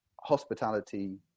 hospitality